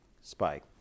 spike